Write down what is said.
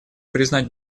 признать